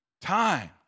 Time